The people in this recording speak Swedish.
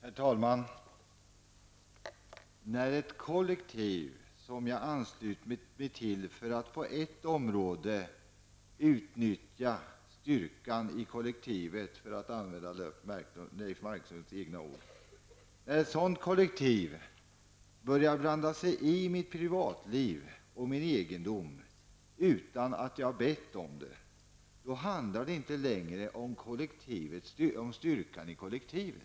Herr talman! När det kollektiv som jag har anslutit mig till för att på ett område utnyttja styrkan i kollektivet -- för att använda Leif Marklunds egna ord -- börjar blanda sig i mitt privatliv och min egendom utan att jag har bett om detta, handlar det inte längre om styrkan i kollektivet.